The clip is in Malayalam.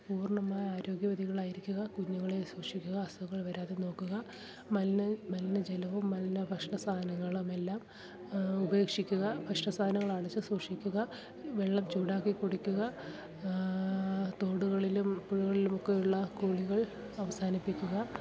പൂർണ്ണമായ ആരോഗ്യവതികളായിരിക്കുക കുഞ്ഞുങ്ങളെ സൂക്ഷിക്കുക അസുഖങ്ങൾ വരാതെ നോക്കുക മലിന മലിന ജലവും മലിന ഭക്ഷണ സാധനങ്ങളും എല്ലാം ഉപേക്ഷിക്കുക ഭക്ഷണ സാധനങ്ങൾ അടച്ച് സൂക്ഷിക്കുക വെള്ളം ചൂടാക്കി കുടിക്കുക തോടുകളിലും പുഴകളിലും ഒക്കെയുള്ള കുളികൾ അവസാനിപ്പിക്കുക